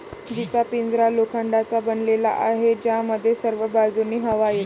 जीचा पिंजरा लोखंडाचा बनलेला आहे, ज्यामध्ये सर्व बाजूंनी हवा येते